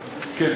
כן,